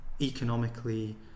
economically